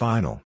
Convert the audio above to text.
Final